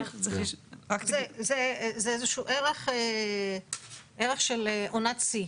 זה איזה שהוא ערך של עונת שיא.